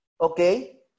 Okay